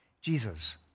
Jesus